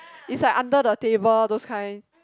is like under the table those kind